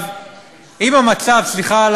אם המצב, סליחה על